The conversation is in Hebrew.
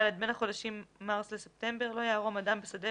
(ד) בין החודשים מרס לספטמבר - לא יערום אדם בשדה